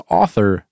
author